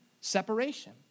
separation